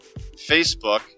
Facebook